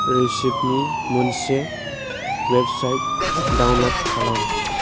रोसिदनि मोनसे website download खालाम